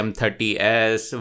M30s